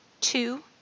Two